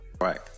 right